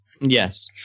Yes